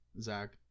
Zach